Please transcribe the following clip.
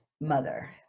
mother